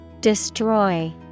Destroy